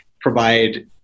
provide